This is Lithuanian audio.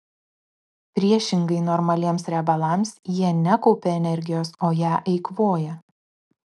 priešingai normaliems riebalams jie nekaupia energijos o ją eikvoja